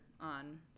on